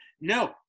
No